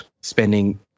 spending